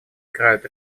играют